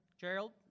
Gerald